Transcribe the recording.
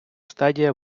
стадія